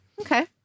Okay